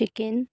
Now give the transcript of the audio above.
chicken